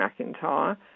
McIntyre